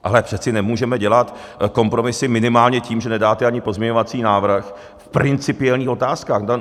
Ale přece nemůžeme dělat kompromisy minimálně tím, že nedáte ani pozměňovací návrh v principiálních otázkách.